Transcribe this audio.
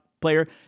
player